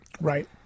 Right